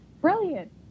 brilliant